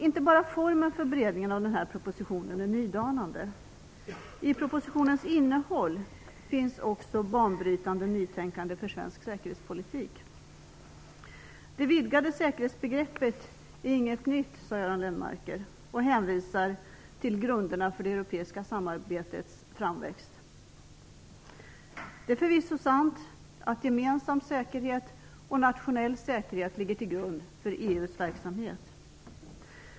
Inte bara formen för beredningen av den här propositionen är nydanande. I propositionens innehåll finns också banbrytande nytänkande för svensk säkerhetspolitik. Det vidgade säkerhetsbegreppet är ingenting nytt, säger Göran Lennmarker och hänvisar till grunderna för det europeiska samarbetets framväxt. Det är förvisso sant att gemensam säkerhet och nationell säkerhet ligger till grund för EU:s verksamhet.